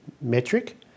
metric